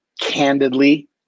Candidly